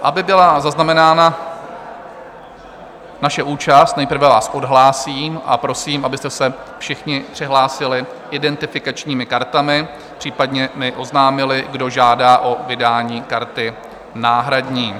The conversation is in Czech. Aby byla zaznamenána naše účast, nejprve vás odhlásím a prosím, abyste se všichni přihlásili identifikačními kartami, případně mi oznámili, kdo žádá o vydání karty náhradní.